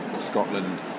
Scotland